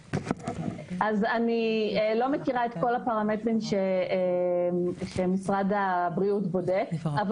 אז אני לא מכירה את כל הפרמטרים שמשרד הבריאות בודק אבל